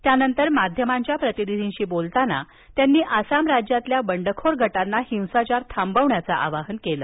त्यानंतर माध्यमांच्या प्रतिनिधींशी बोलताना त्यांनी आसाम राज्यातल्या बंडखोर गटांना हिंसाचार थांबवण्याचं आवाहन केलं